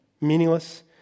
meaningless